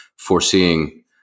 foreseeing